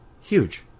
huge